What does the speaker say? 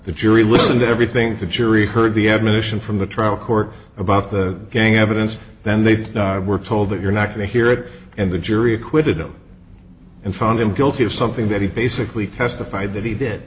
the jury listened to everything to jury heard the admonition from the trial court about the gang evidence then they were told that you're not going to hear it and the jury acquitted him and found him guilty of something that he basically testified that he did